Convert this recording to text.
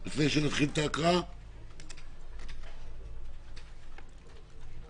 לפני שנה בוועדת החוץ והביטחון שאז דנה בנושא הזה,